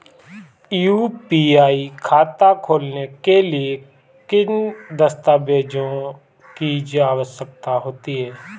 UPI खाता खोलने के लिए किन दस्तावेज़ों की आवश्यकता होती है?